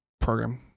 program